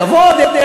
כבוד.